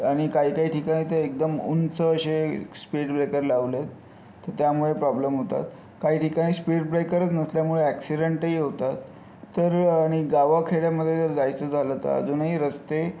आणि काही काही ठिकाणी तर एकदम उंच असे स्पीड ब्रेकर लावलेत तर त्यामुळे प्रॉब्लेम होतात काही ठिकाणी स्पीड ब्रेकरच नसल्यामुळे ॲक्सिडेंटही होतात तर आणि गावा खेड्यामध्ये जर जायचं झालं तर अजूनही रस्ते